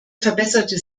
verbesserte